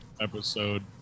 episode